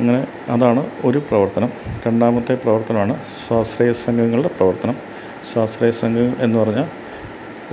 അങ്ങനെ അതാണ് ഒരു പ്രവര്ത്തനം രണ്ടാമത്തെ പ്രവര്ത്തനമാണ് സ്വാശ്രയ സംഘങ്ങളുടെ പ്രവര്ത്തനം സ്വാശ്രയ സംഘങ്ങള് എന്നു പറഞ്ഞാല്